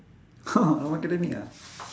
normal academic ah